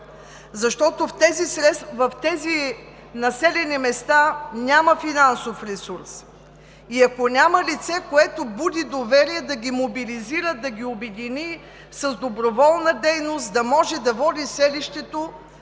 Защото в тези населени места няма финансов ресурс и ако няма лице, което буди доверие, да ги мобилизира, да ги обедини, с доброволна дейност да може да води селището,